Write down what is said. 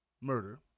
murder